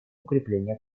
укрепления